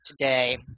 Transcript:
today